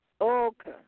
Okay